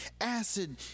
acid